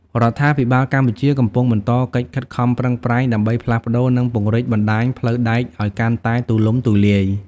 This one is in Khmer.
រដ្ឋាភិបាលកម្ពុជាកំពុងបន្តកិច្ចខិតខំប្រឹងប្រែងដើម្បីផ្លាស់ប្តូរនិងពង្រីកបណ្តាញផ្លូវដែកឱ្យកាន់តែទូលំទូលាយ។